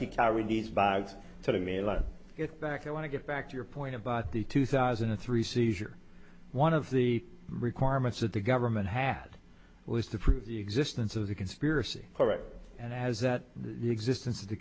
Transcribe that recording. get back i want to get back to your point about the two thousand and three seizure one of the requirements that the government had was to prove the existence of the conspiracy correct and as that the existence of the